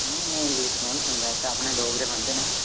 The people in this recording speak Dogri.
नेईं नेईं इंग्लिश कु'न सुनदा इत्त अपने डोगरे बंदे न